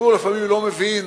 הציבור לפעמים לא מבין